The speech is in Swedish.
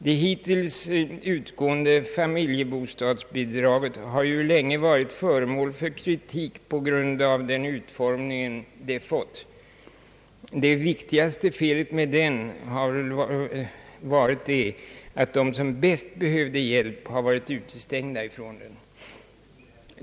Det hittills utgående familjebostadsbidraget har ju länge varit föremål för kritik på grund av den utformning det fått. Det viktigaste felet med det har väl varit att de som bäst behövt hjälp har varit utestängda från sådan.